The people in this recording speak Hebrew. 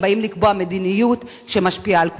באים לקבוע מדיניות שמשפיעה על כולנו.